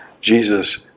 Jesus